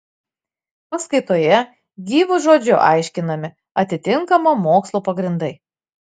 paskaitoje gyvu žodžiu aiškinami atitinkamo mokslo pagrindai